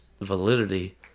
validity